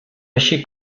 així